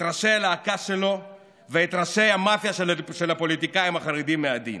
את ראשי הלהקה שלו ואת ראשי המאפיה של הפוליטיקאים החרדים מהדין.